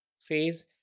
phase